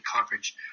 coverage